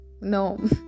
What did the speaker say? no